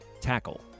Tackle